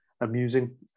amusing